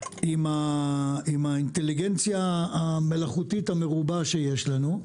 עם האינטליגנציה המלאכותית המרובה שיש לנו.